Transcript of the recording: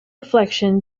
reflection